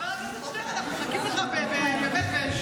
מחכים לך באמת בשקיקה.